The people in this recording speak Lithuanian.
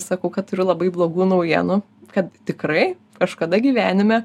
sakau kad turiu labai blogų naujienų kad tikrai kažkada gyvenime